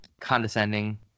condescending